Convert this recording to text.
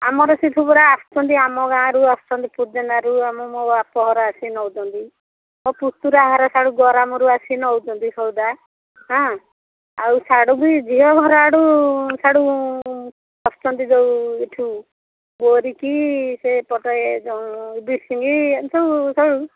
ଆମର ସେସବୁ ପୁରା ଆସୁଛନ୍ତି ଆମ ଗାଁ'ରୁ ଆସୁଛନ୍ତି ପୁରୁଜନାରୁ ଆମ ମୋ ବାପ ଘର ଆସି ନେଉଛନ୍ତି ମୋ ପୁତୁରା ଗରମରୁ ଆସି ନେଉଛନ୍ତି ସଉଦା ହାଁ ଆଉ ସେଆଡ଼ୁ ବି ଝିଅ ଘର ଆଡ଼ୁ ସେଆଡ଼ୁ ଆସୁଛନ୍ତି ଯୋଉ ଏଠୁ ବୋରିକି ସେପଟେ ଏ ବିସିକି ସବୁ ସବୁ